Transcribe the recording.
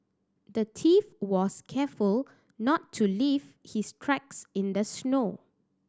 the thief was careful not to leave his tracks in the snow